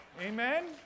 Amen